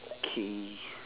okay